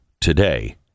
today